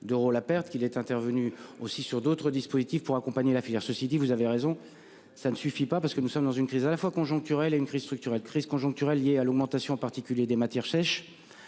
d'euros la perte qu'il est intervenu aussi sur d'autres dispositifs pour accompagner la filière. Ceci dit, vous avez raison, ça ne suffit pas parce que nous sommes dans une crise à la fois conjoncturelles à une crise structurelle crise conjoncturelle liée à l'augmentation particulier des matières sèches.